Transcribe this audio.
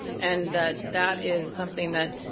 and, that that is something that,